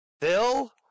Bill